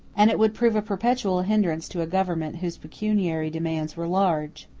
and it would prove a perpetual hindrance to a government whose pecuniary demands were large.